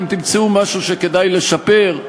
אם תמצאו משהו שכדאי לשפר,